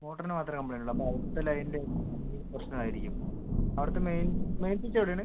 മോട്ടറിന് മാത്രേ കംപ്ലൈന്റ് ഉള്ളൂ അപ്പം അവിടിത്ത ലൈനിൻ്റെ അതിന് എന്തെങ്കിലും പ്രശ്നം ആയിരിക്കും അവിടുത്തെ മെയിൻ മെയിൻ സ്വിച്ച് എവിടെ ആണ്